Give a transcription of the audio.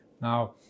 Now